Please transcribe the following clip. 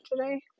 today